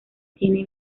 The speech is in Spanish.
tiene